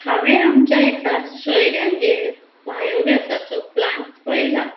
हांवें आमच्या एका सोयऱ्यांगेर बायोगॅसाचो प्लांट पळयला